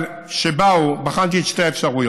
אבל כשבאו, בחנתי את שתי האפשרויות: